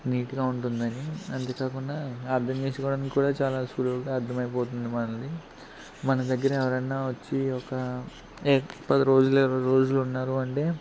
నీట్గా ఉంటుందని అంతే కాకుండా అర్థం చేసుకోవడానికి కూడా చాలా సులువుగా అర్థమయిపోతుంది మనది మన దగ్గర ఎవరన్నా వచ్చి ఒక పది రోజులు ఇరవై రోజులు ఉన్నారు అంటే